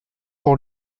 pour